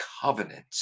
covenant